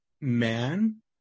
man